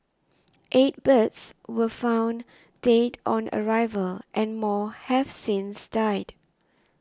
eight birds were found dead on arrival and more have since died